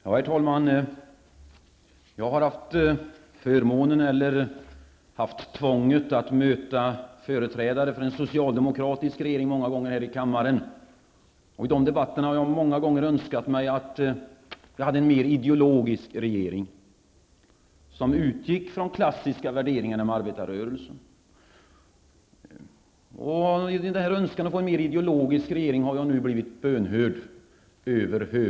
Herr talman! Jag har haft förmånen -- eller tvånget -- att många gånger här i kammaren möta företrädare för en socialdemokratisk regering. I de debatterna har jag många gånger önskat mig en mer ideologisk regering som utgick från klassiska värderingar inom arbetarrörelsen. I min önskan om en mer ideologisk regering har jag nu blivit över hövan bönhörd.